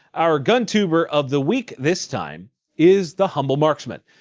our guntuber of the week this time is the humble marksman.